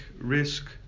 risk